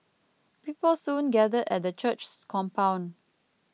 people soon gathered at the church's compound